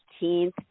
15th